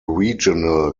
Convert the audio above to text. regional